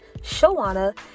Shawana